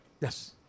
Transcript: Yes